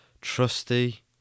Trusty